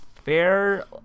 fair